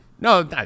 No